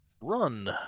run